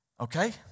Okay